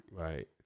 Right